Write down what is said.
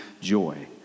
joy